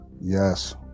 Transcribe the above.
yes